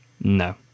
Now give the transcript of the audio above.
No